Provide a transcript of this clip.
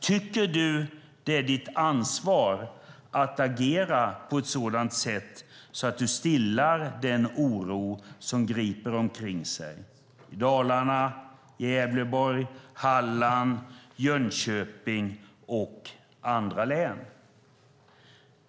Tycker du att det är ditt ansvar att agera på ett sådant sätt att du stillar den oro som griper omkring sig i Dalarna, Gävleborg, Halland, Jönköping och andra län?